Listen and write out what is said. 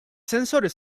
sensor